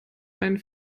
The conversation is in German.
einen